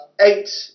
eight